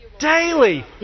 Daily